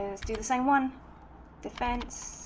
is to to say one defense